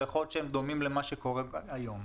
יכול להיות שהם דומים למה שקורה היום.